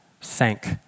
sank